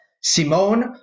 Simone